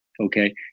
Okay